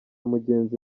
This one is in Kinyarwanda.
mugenzi